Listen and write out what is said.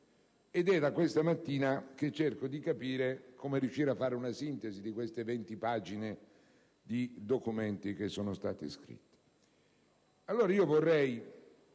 ed è da questa mattina che cerco di capire come riuscire a fare una sintesi di queste venti pagine di documenti che sono state scritte.